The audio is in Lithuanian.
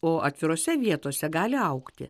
o atvirose vietose gali augti